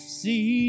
see